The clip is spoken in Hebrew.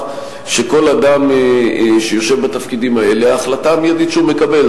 שכל אדם שיושב בתפקידים האלה ההחלטה המיידית שהוא מקבל,